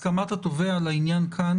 הסכמת התובע לעניין כאן